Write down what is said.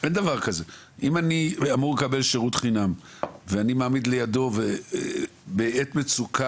אם אני אמור לקבל שירות חינם ובעת מצוקה